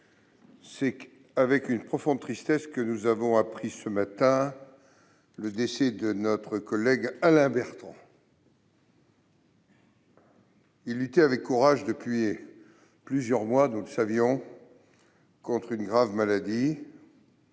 c'est avec une profonde tristesse que nous avons appris ce matin le décès de notre collègue Alain Bertrand. Il luttait avec courage, depuis plusieurs mois- nous le savions -, contre une grave maladie.